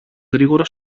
γρήγορα